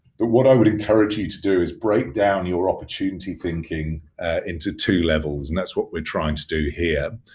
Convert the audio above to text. but what i would encourage you to do is break down your opportunity thinking into two levels and that's what we're trying to do here.